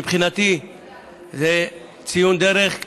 מבחינתי זה ציון דרך,